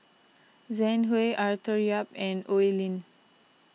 Zhang Hui Arthur Yap and Oi Lin